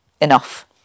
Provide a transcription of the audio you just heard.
Enough